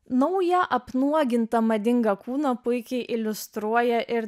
naują apnuogintą madingą kūną puikiai iliustruoja ir